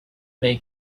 may